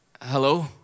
Hello